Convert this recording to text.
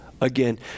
Again